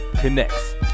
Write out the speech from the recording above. Connects